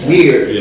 Weird